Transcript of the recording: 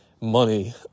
money